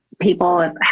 people